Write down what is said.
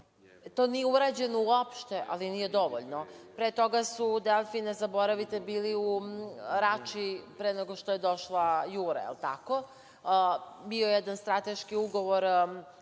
to nije urađeno uopšte, ali nije dovoljno. Pre toga su „Delfi“, ne zaboravite, bili u Rači pre nego što je došla „Jura“. Da li je tako? Bio je jedan strateški ugovor